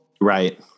right